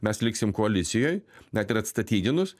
mes liksim koalicijoj net ir atstatydinus